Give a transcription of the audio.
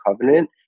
covenant